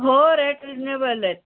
हो rate reasonable आहेत